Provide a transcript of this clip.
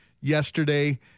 yesterday